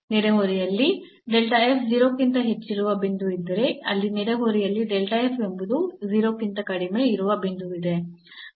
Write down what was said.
ನೆರೆಹೊರೆಯಲ್ಲಿ 0 ಕ್ಕಿಂತ ಹೆಚ್ಚಿರುವ ಬಿಂದು ಇದ್ದರೆ ಅಲ್ಲಿ ನೆರೆಹೊರೆಯಲ್ಲಿ ಎಂಬುದು 0 ಕ್ಕಿಂತ ಕಡಿಮೆ ಇರುವ ಬಿಂದುವಿದೆ